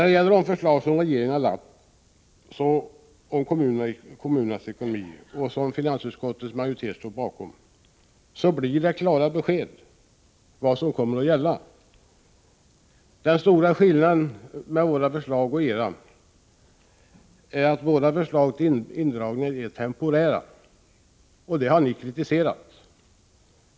Det förslag som regeringen har lagt fram om kommunernas ekonomi och som finansutskottets majoritet står bakom innebär klart besked om vad som kommer att gälla. Den stora skillnaden mellan vårt förslag och era är att vårt förslag till indragning är temporärt, och det har ni kritiserat.